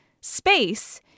space